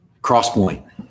Crosspoint